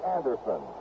Anderson